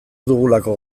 dugulako